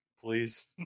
Please